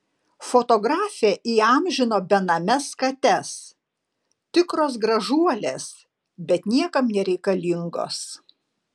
fotografė įamžino benames kates tikros gražuolės bet niekam nereikalingos